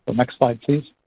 but next slide, please.